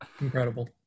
Incredible